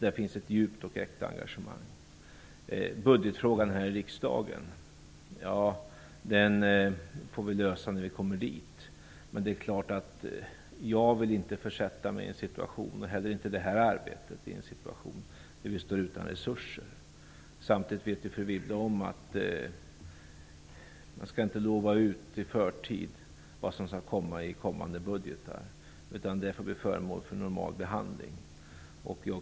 Där finns ett djupt och äkta engagemang. Budgetfrågan i riksdagen får vi lösa när vi kommer så långt. Självfallet vill jag inte försätta mig själv eller detta arbete i en situation där vi står utan resurser. Samtidigt vet fru Wibble att man inte skall lova ut i förtid vad som skall komma i kommande budgetar. Det får bli föremål för normal behandling.